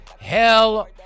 hell